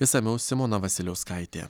išsamiau simona vasiliauskaitė